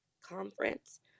conference